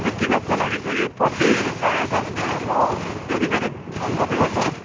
त्यो टिकटको लागि चाहिँ कि पछि चाहिएछ भने म फेरि फेरि फोन गर्दै गर्छु है